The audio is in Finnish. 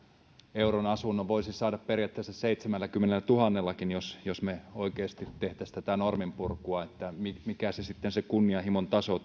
euron asunnon voisi saada periaatteessa seitsemälläkymmenellätuhannellakin jos jos me oikeasti tekisimme tätä norminpurkua että mikä se kunnianhimon taso